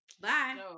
Bye